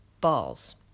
balls